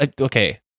okay